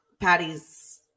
Patty's